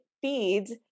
feeds